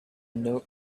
note